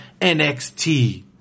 NXT